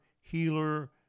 healer